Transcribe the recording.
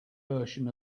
version